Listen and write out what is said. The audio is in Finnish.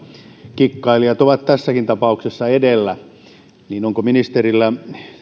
kikkailijat ovat tässäkin tapauksessa edellä onko ministerillä